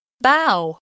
bow